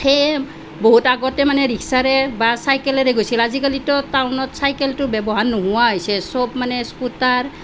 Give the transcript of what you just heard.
সেয়েহে বহুত আগতে মানে ৰিক্সাৰে বা চাইকেলেৰে গৈছিল আজিকালিতো টাউনত চাইকেলটো ব্যৱহাৰ নোহোৱা হৈছে সব মানে স্কুটাৰ